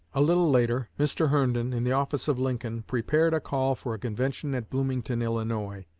a little later, mr. herndon, in the office of lincoln, prepared a call for a convention at bloomington, illinois,